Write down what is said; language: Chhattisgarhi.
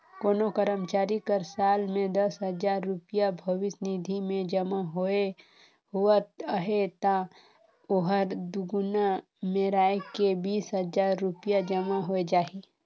कोनो करमचारी कर साल में दस हजार रूपिया भविस निधि में जमा होवत अहे ता ओहर दुगुना मेराए के बीस हजार रूपिया जमा होए जाही